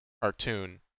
cartoon